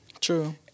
True